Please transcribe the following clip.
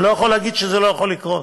אני לא יכול להגיד שזה לא יכול לקרות.